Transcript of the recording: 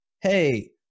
Hey